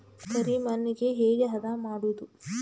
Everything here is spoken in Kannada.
ಕರಿ ಮಣ್ಣಗೆ ಹೇಗೆ ಹದಾ ಮಾಡುದು?